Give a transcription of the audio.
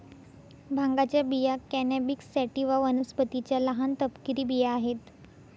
भांगाच्या बिया cannabis sativa वनस्पतीच्या लहान, तपकिरी बिया आहेत